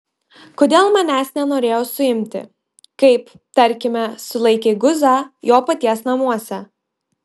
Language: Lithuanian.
kodėl manęs nenorėjo suimti kaip tarkime sulaikė guzą jo paties namuose